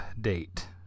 date